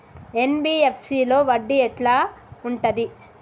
NBFC లో వడ్డీ ఎట్లా ఉంటది?